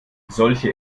solche